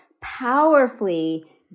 powerfully